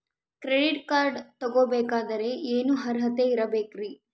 Credit card ತೊಗೋ ಬೇಕಾದರೆ ಏನು ಅರ್ಹತೆ ಇರಬೇಕ್ರಿ?